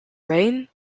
reign